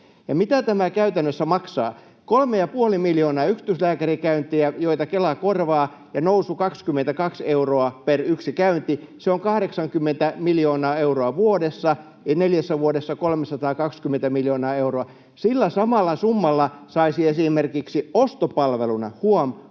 mitä tämä käytännössä maksaa? Kolme ja puoli miljoonaa yksityislääkärikäyntiä, joita Kela korvaa, ja nousu 22 euroa per yksi käynti: se on 80 miljoonaa euroa vuodessa eli neljässä vuodessa 320 miljoonaa euroa. Sillä samalla summalla saisi esimerkiksi ostopalveluna, huom.